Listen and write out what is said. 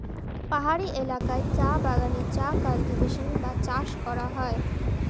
পাহাড়ি এলাকায় চা বাগানে চা কাল্টিভেশন বা চাষ করা হয়